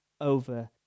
over